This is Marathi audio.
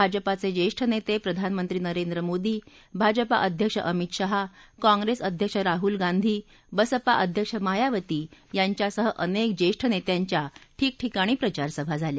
भाजपाचे ज्येष्ठ नेते प्रधानमंत्री नरेंद्र मोदी भाजपा अध्यक्ष अमित शहा कॉंप्रेस अध्यक्ष राहुल गांधी बसपा अध्यक्ष मायावती यांच्यासह अनेक ज्येष्ठ नेत्यांच्या ठिकठिकाणी प्रचार सभा झाल्या